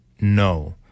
no